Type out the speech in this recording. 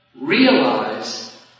Realize